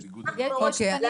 אוקיי.